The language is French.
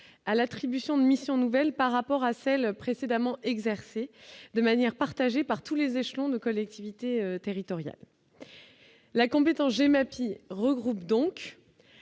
à l'attribution de missions nouvelles par rapport à celles précédemment exercé de manière partagée par tous les échelons de collectivités territoriales, la j'même qui regroupe donc